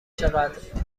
چقدر